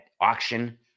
auction